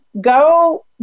go